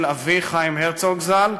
כשלישו ודוברו של אבי חיים הרצוג ז"ל,